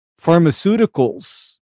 pharmaceuticals